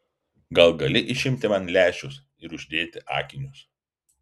gal gali išimti man lęšius ir uždėti akinius